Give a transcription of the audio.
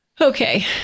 Okay